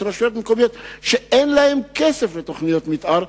יש רשויות מקומיות שאין להן כסף לתוכניות מיתאר,